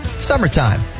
Summertime